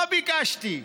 מה ביקשתי?